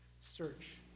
search